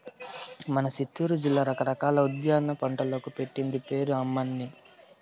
మన సిత్తూరు జిల్లా రకరకాల ఉద్యాన పంటలకు పెట్టింది పేరు అమ్మన్నీ